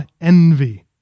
envy